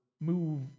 move